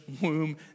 womb